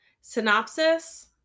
synopsis